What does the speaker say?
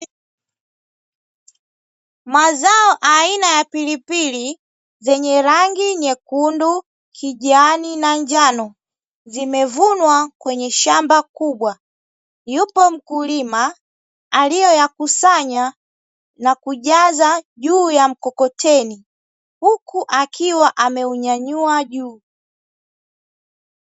Mazao aina ya pilipili zenye rangi nyekundu, kijani, na njano. Zimevunwa kwenye shamba kubwa, yupo mkulima aliyoyakusanya na kujaza juu ya mkokoteni huku akiwa ameunyanyua juu.